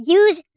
use